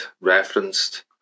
referenced